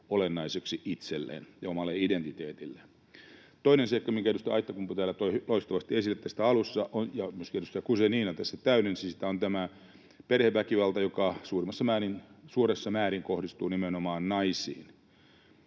olennaiseksi itselleen ja omalle identiteetilleen. Toinen seikka, minkä edustaja Aittakumpu täällä toi toistuvasti esille tässä alussa ja jota myöskin edustaja Guzenina tässä täydensi, on tämä perheväkivalta, joka suuressa määrin kohdistuu nimenomaan naisiin.